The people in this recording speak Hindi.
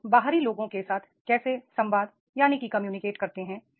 आप बाहरी लोगों के साथ कैसे संवाद करते हैं